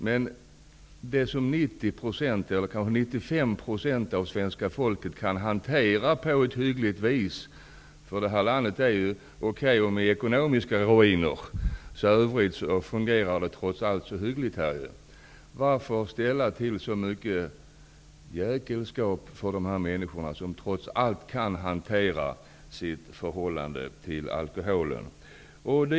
Men 90--95 % av det svenska folket kan hantera alkohol på ett hyggligt sätt. Det här landet är visserligen i ekonomisk ruin, men för övrigt fungerar landet hyggligt. Varför då ställa till så mycket jäkelskap för dessa människor, som trots allt kan hantera sitt förhållande till alkoholen?